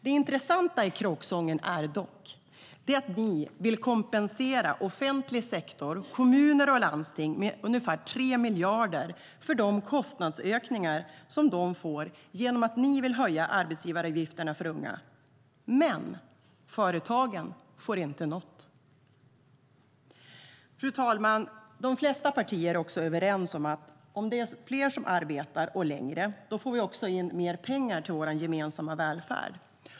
Det intressanta i kråksången är dock att ni vill kompensera offentlig sektor - kommuner och landsting - med ungefär 3 miljarder för de kostnadsökningar som de får genom att ni vill höja arbetsgivaravgifterna för unga. Men företagen får inte något. Fru talman! De flesta partier är överens om att om fler arbetar längre får vi också in mer pengar till vår gemensamma välfärd.